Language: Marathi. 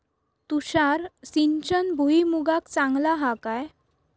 तुषार सिंचन भुईमुगाक चांगला हा काय?